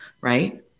right